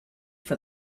for